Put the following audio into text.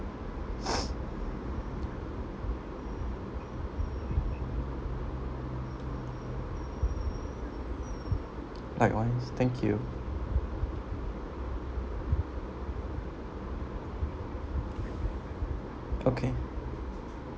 likewise thank you okay